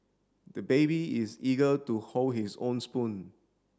the baby is eager to hold his own spoon